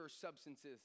substances